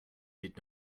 did